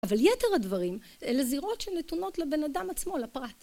אבל יתר הדברים, אלה זירות שנתונות לבן אדם עצמו, לפרט.